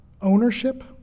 ownership